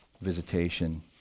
visitation